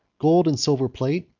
gold and silver plate,